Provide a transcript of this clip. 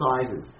sizes